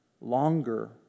longer